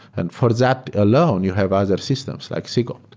and for that alone, you have other systems, like sql.